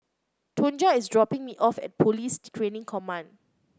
Tonja is dropping me off at Police Training Command